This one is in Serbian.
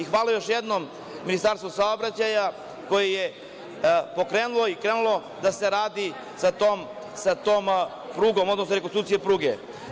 Hvala još jednom Ministarstvu saobraćaja koje je pokrenulo i krenulo da se radi sa tom prugom, odnosno rekonstrukcijom pruge.